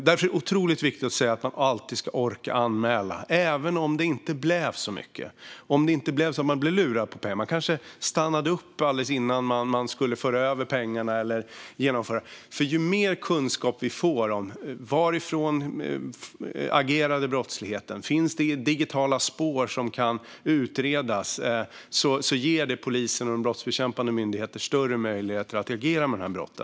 Därför är det otroligt viktigt att säga att man alltid ska orka anmäla. Det gäller även om det inte blev så mycket, att man inte blev lurad på pengar. Man kanske stannade upp alldeles innan man skulle föra över pengarna eller genomföra något. Det gäller att vi får mer kunskap. Varifrån agerade de som var involverade i brottsligheten? Finns det digitala spår som kan utredas ger det polisen och de brottsbekämpande myndigheterna större möjlighet att agera mot dessa brott.